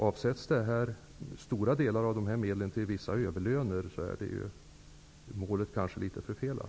Avsätts stora delar av dessa medel till vissa överlöner, är målet kanske litet förfelat.